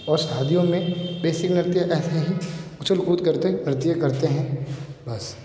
और शादियों में बेसिक नृत्य ऐसे ही उछल कूद कर के नृत्य करते हैं बस